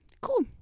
cool